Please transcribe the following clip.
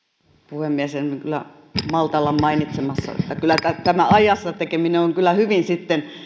puhemies en malta olla mainitsematta että kyllä tämä ajassa tekeminen on sitten hyvin